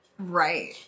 right